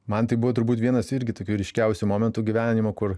man tai buvo turbūt vienas irgi tokių ryškiausių momentų gyvenimo kur